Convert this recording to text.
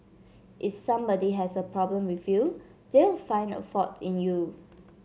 if somebody has a problem with you they will find a fault in you